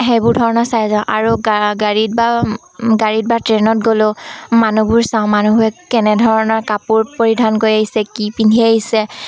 সেইবোৰ ধৰণৰ চাই যাওঁ আৰু গা গাড়ীত বা গাড়ীত বা ট্ৰেইনত গ'লেও মানুহবোৰ চাওঁ মানুহে কেনেধৰণৰ কাপোৰ পৰিধান কৰি আহিছে কি পিন্ধি আহিছে